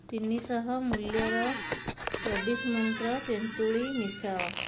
ତିନିଶହ ମୂଲ୍ୟର ଚବିଶ ମନ୍ତ୍ର ତେନ୍ତୁଳି ମିଶାଅ